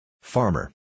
Farmer